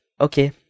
okay